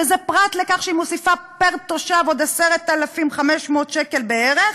וזה פרט לכך שהיא מוסיפה פר-תושב עוד 10,500 שקל בערך,